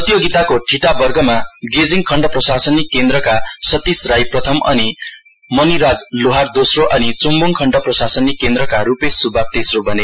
प्रतियोगिताको ठिटा वर्गमा गेजिङ खण्ड प्रशासनिक केन्द्रका सतिश राई प्रथम र मनिराज लोहार दोस्रो अनि चुम्बुङ खण्ड प्रशासनिक केन्द्रका रुपेश सुब्बा तेस्रो बने